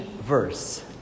verse